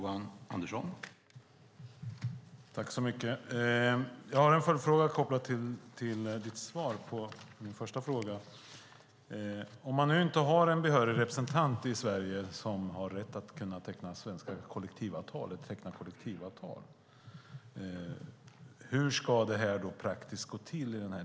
Herr talman! Jag har en följdfråga till ditt svar på min första fråga. Om man nu inte har en behörig representant i Sverige som har rätt att teckna kollektivavtal, hur ska det då praktiskt gå till?